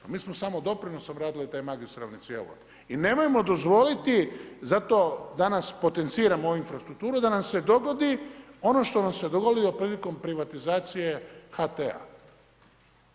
Pa mi smo samo doprinosom radili taj magistralni cjevovod i nemojmo dozvoliti zato danas potenciram ovu infrastrukturu da nam se dogodi ono što nam se dogodilo prilikom privatizacije HT-a.